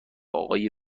آقای